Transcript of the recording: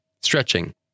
Stretching